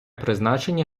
призначення